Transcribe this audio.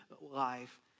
life